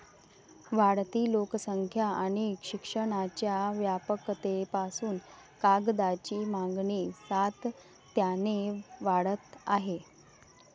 वाढती लोकसंख्या आणि शिक्षणाच्या व्यापकतेपासून कागदाची मागणी सातत्याने वाढत आहे